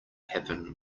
happen